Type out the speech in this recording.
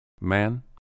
Man